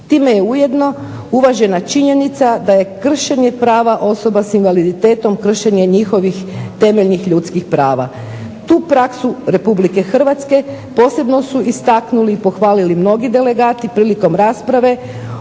Time je ujedno uvažena činjenica da je kršenje prava osobe sa invaliditetom kršenje njihovih temeljnih ljudskih prava. Tu praksu RH posebno su istaknuli i pohvalili mnogi delegati prilikom rasprave